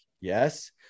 yes